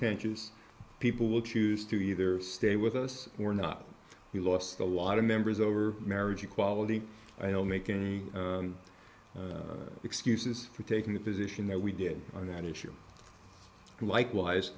contentious people will choose to either stay with us or not he lost a lot of members over marriage equality i don't make any excuses for taking the position that we did on that issue and likewise